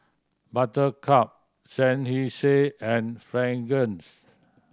Buttercup Seinheiser and Fragrance